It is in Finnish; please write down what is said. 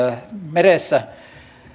meressä